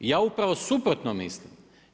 Ja upravo suprotno mislim.